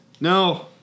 No